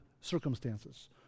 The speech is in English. circumstances